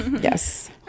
Yes